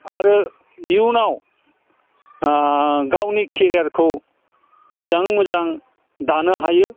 आरो इयुनाव गावनि केरियारखौ मोजाङै मोजां दानो हायो